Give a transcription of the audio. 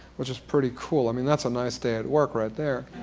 which is pretty cool. i mean that's a nice day at work right there.